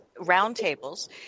roundtables